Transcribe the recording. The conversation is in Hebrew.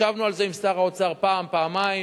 ישבנו על זה עם שר האוצר פעם, פעמיים.